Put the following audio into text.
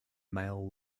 male